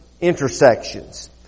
intersections